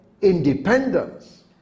independence